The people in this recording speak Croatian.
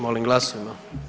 Molim glasujmo.